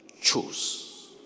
choose